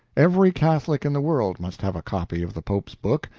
every catholic in the world must have a copy of the pope's book,